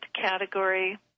category